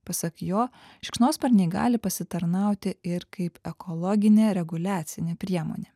pasak jo šikšnosparniai gali pasitarnauti ir kaip ekologinė reguliacinė priemonė